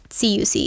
CUC